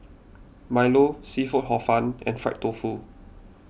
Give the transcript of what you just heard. Milo Seafood Hor Fun and Fried Tofu